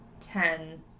ten